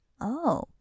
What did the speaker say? Oh